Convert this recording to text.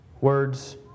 words